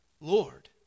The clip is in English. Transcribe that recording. Lord